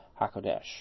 HaKodesh